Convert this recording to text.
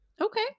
okay